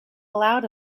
allowed